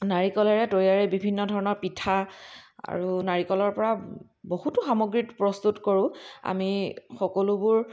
নাৰিকলেৰে তৈয়াৰী বিভিন্ন ধৰণৰ পিঠা আৰু নাৰিকলৰ পৰা বহুতো সামগ্ৰী প্ৰস্তুত কৰোঁ আমি সকলোবোৰ